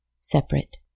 separate